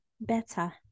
better